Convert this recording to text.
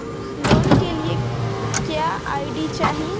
Loan के लिए क्या आई.डी चाही?